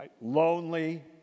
Lonely